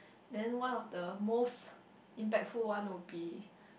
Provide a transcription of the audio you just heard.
then one of the most impactful one will be